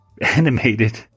animated